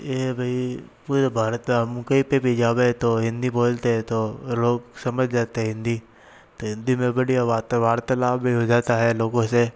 ये भी पूरे भारत हम कहीं पे भी जावे तो हिंदी बोलते तो लोग समझ जाते हिंदी तो हिंदी में बढ़िया बात वार्तालाप भी हो जाता है लोगों से